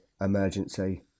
emergency